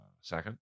second